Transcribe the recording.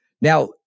Now